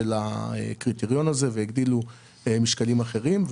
הקריטריון הזה והגדילו משקלים אחרים.